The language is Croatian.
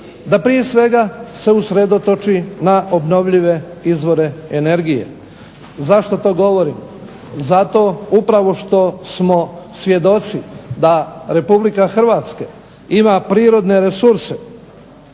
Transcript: da prije svega se usredotoči na obnovljive izvore energije. Zašto to govorim? Zato upravo što smo svjedoci da Republika Hrvatska ima prirodne resurse